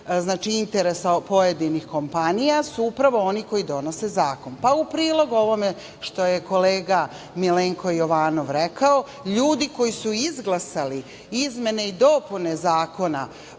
cilju interesa pojedinih kompanija, su upravo oni koji donose zakon. Pa u prilog ovome što je kolega Milenko Jovanov rekao, ljudi koji su izglasali izmene i dopune Zakona